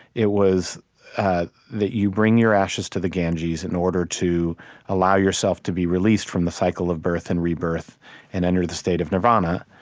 it was that you bring your ashes to the ganges in order to allow yourself to be released from the cycle of birth and rebirth and enter the state of nirvana,